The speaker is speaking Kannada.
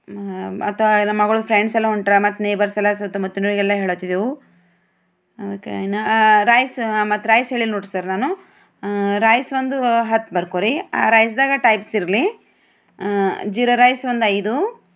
ಮತ್ತೆ ನಮ್ಮ ಮಗಳ ಫ್ರೆಂಡ್ಸೆಲ್ಲ ಹೊಂಟ್ರ ಮತ್ತೆ ನೇಬರ್ಸ್ ಎಲ್ಲ ಸುತ್ತಮುತ್ತ ಎಲ್ಲ ಹೇಳತ್ತಿದ್ದೆವು ಅದಕ್ಕೆ ಇನ್ನೂ ರೈಸ್ ಮತ್ತೆ ರೈಸ್ ಹೇಳಿಲ್ಲ ನೋಡಿ ಸರ್ ನಾನು ರೈಸ್ ಒಂದು ಹತ್ತು ಬರ್ಕೋ ರಿ ರೈಸ್ದಾಗ ಟೈಪ್ಸ್ ಇರಲಿ ಜೀರಾ ರೈಸ್ ಒಂದು ಐದು